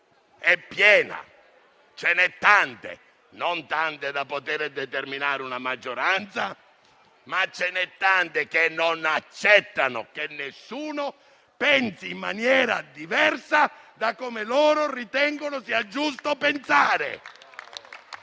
è piena. Ce ne sono tante! Non tante da poter determinare una maggioranza, ma ce ne sono tante che non accettano che qualcuno pensi in maniera diversa da come loro ritengono sia giusto pensare